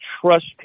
trust